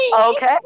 Okay